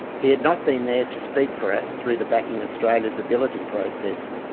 he had not been there to speak for us through the backing australia's ability process.